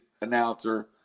announcer